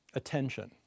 attention